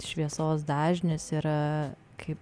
šviesos dažnis ir kaip